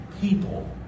people